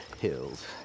Hills